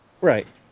Right